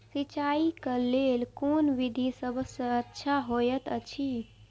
सिंचाई क लेल कोन विधि सबसँ अच्छा होयत अछि?